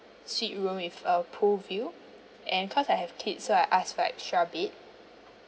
suite room with a pool view and because I have kids so I asked for extra bed